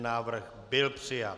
Návrh byl přijat.